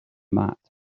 mat